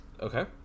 okay